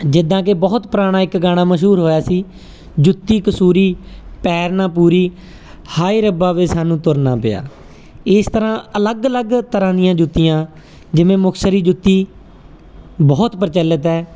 ਜਿੱਦਾਂ ਕਿ ਬਹੁਤ ਪੁਰਾਣਾ ਇੱਕ ਗਾਣਾ ਮਸ਼ਹੂਰ ਹੋਇਆ ਸੀ ਜੁੱਤੀ ਕਸੂਰੀ ਪੈਰ ਨਾ ਪੂਰੀ ਹਾਏ ਰੱਬਾ ਵੇ ਸਾਨੂੰ ਤੁਰਨਾ ਪਿਆ ਇਸ ਤਰ੍ਹਾਂ ਅਲੱਗ ਅਲੱਗ ਤਰ੍ਹਾਂ ਦੀਆਂ ਜੁੱਤੀਆਂ ਜਿਵੇਂ ਮੁਕਤਸਰੀ ਜੁੱਤੀ ਬਹੁਤ ਪ੍ਰਚਲਿਤ ਹੈ